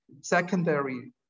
secondary